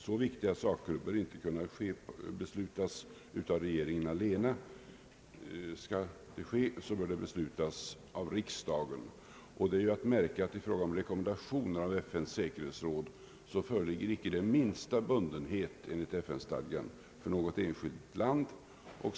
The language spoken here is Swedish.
Så viktiga saker bör inte kunna beslutas av regeringen allena. Beslutet bör fattas av riksdagen. Det är att märka att i fråga om rekommendationer från FN:s säkerhetsråd föreligger inte den minsta bundenhet enligt FN-stadgan för något enskilt land.